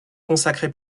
consacré